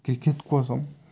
cricket కోసం